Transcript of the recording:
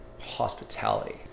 hospitality